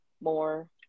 more